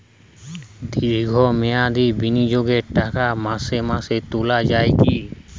দীর্ঘ মেয়াদি বিনিয়োগের টাকা মাসে মাসে তোলা যায় কি?